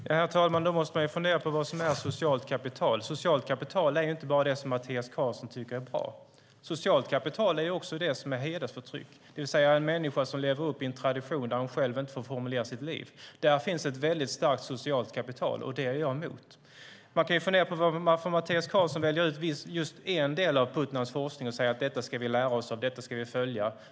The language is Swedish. Herr talman! Man måste fundera på vad som är socialt kapital. Socialt kapital är inte bara det som Mattias Karlsson tycker är bra. Socialt kapital är också hedersförtryck, det vill säga att en människa lever i en tradition där hon själv inte får formulera sitt liv. Här finns ett starkt socialt kapital, och det är jag emot. Man kan fundera på varför Mattias Karlsson väljer ut just en del av Putnams forskning och säger att det ska vi lära oss av och följa.